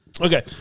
Okay